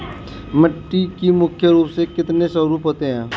मिट्टी के मुख्य रूप से कितने स्वरूप होते हैं?